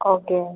okay